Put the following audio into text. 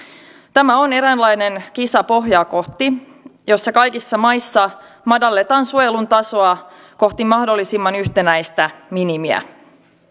tämä on eräänlainen kisa pohjaa kohti jossa kaikissa maissa madalletaan suojelun tasoa kohti mahdollisimman yhtenäistä minimiä